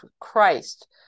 Christ